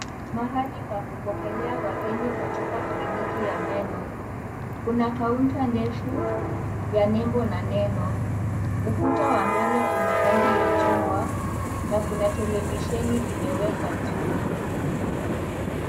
Mahali pa kupokelea wageni katika kliniki ya meno. Kuna kaunta ndefu ya nembo na neno. Ukuta wa mbele una rangi ya chungwa na kuna televisheni imewekwa juu.